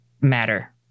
matter